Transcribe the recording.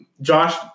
Josh